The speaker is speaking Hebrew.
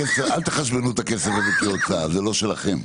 בקיצור, אל תחשבנו את הכסף --- זה לא שלכם.